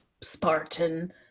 Spartan